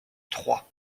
trois